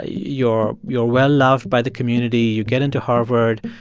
you're you're well loved by the community. you get into harvard.